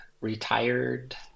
retired